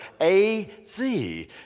A-Z